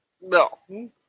No